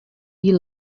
feel